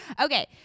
Okay